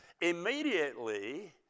Immediately